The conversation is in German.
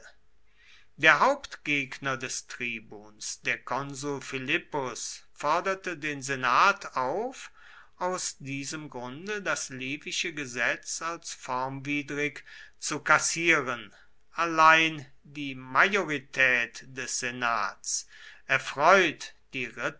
der hauptgegner des tribuns der konsul philippus forderte den senat auf aus diesem grunde das livische gesetz als formwidrig zu kassieren allein die majorität des senats erfreut die